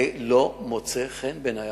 לא מוצא חן בעיני.